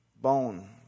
Bone